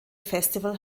festival